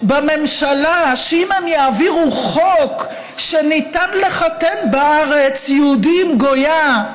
שאם הם יעבירו חוק שניתן לחתן בארץ יהודי עם גויה,